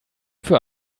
für